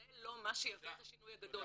זה לא מה שיביא את השינוי הגדול.